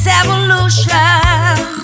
evolution